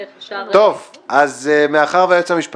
שלא לאשר דחיפות הצעתו לסדר-היום סעיף 3 ואחרון על סדר-היום.